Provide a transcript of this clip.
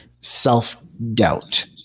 self-doubt